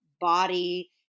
body